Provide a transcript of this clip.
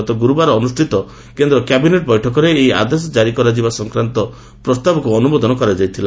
ଗତ ଗୁରୁବାର ଅନୁଷ୍ଠିତ କେନ୍ଦ୍ର କ୍ୟାବିନେଟ୍ ବୈଠକରେ ଏହି ଆଦେଶ ଜାରି କରାଯିବା ସଂକ୍ରାନ୍ତ ପ୍ରସ୍ତାବକୁ ଅନୁମୋଦନ କରାଯାଇଥିଲା